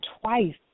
twice